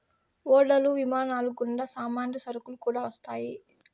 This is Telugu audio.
ఓడలు విమానాలు గుండా సామాన్లు సరుకులు కూడా వస్తాయి